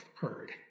heard